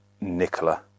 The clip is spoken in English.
Nicola